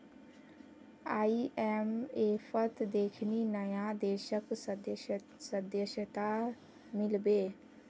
आईएमएफत देखनी नया देशक सदस्यता मिल बे